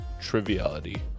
Triviality